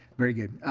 very good.